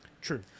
True